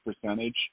percentage